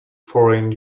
foreign